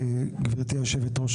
גברת יושבת הראש,